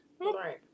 Right